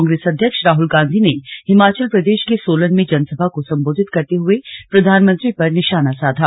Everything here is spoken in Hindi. कांग्रेस अध्येक्ष राहुल गांधी ने हिमाचल प्रदेश के सोलन में जनसभा को संबोधित करते हुए प्रधानमंत्री पर निशाना साधा